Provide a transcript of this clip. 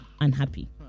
unhappy